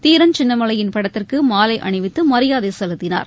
தீரன்சின்னமலையின் படத்திற்கு மாலை அணிவித்து மரியாதை செலுத்தினார்